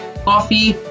coffee